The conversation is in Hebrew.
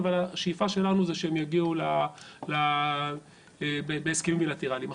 אבל השאיפה שלנו זה שהם יגיעו בהסכמים בילטראליים.